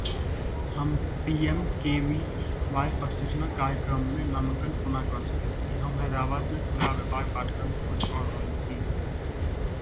हम P M K V Y प्रशिक्षणक कार्यक्रममे नामाङ्कन कोना कऽ सकैत छी हम हैदराबादमे खुदरा व्यापार पाठ्यक्रम खोज कऽ रहल छी